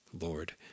Lord